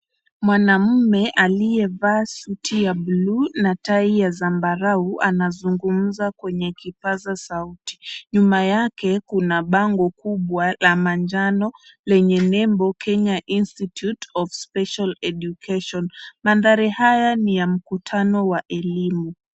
Mwanamume aliyevaa suti ya buluu na tai ya zambarau anazungumza kwenye kipaza sauti. Nyuma yake kuna bango kubwa la manjano lenye nembo Kenya Institute of Special Education. Mandhari haya ni ya mkutano wa elimu.